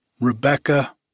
Rebecca